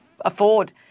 afford